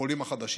החולים החדשים,